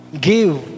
give